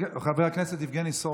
חבר הכנסת יבגני סובה.